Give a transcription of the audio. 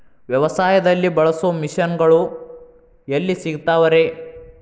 ವ್ಯವಸಾಯದಲ್ಲಿ ಬಳಸೋ ಮಿಷನ್ ಗಳು ಎಲ್ಲಿ ಸಿಗ್ತಾವ್ ರೇ?